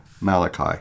Malachi